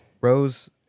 Rose